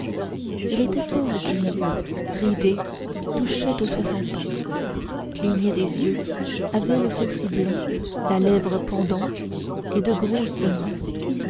il était fort gris ridé touchait aux soixante ans clignait des yeux avait le sourcil blanc la lèvre pendante et de grosses mains